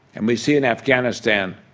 and we see in afghanistan,